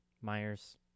Myers